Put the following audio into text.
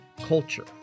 culture